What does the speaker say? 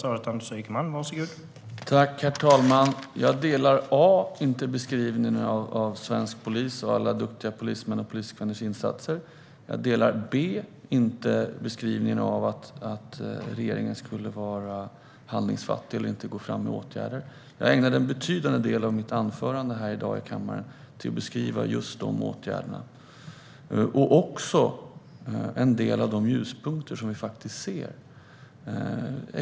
Herr talman! Jag delar inte a) beskrivningen av svensk polis och alla duktiga polismäns och poliskvinnors insatser och b) beskrivningen att regeringen skulle vara handlingsfattig och inte vidta åtgärder. Jag ägnade en betydande del av mitt anförande här i kammaren i dag åt att beskriva just de åtgärderna och även en del av de ljuspunkter vi faktiskt ser.